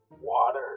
water